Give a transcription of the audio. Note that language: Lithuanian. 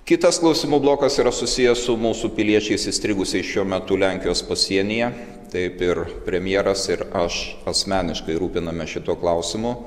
kitas klausimų blokas yra susijęs su mūsų piliečiais įstrigusiais šiuo metu lenkijos pasienyje taip ir premjeras ir aš asmeniškai rūpinamės šituo klausimu